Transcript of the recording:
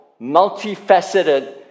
multifaceted